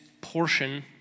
portion